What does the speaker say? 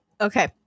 Okay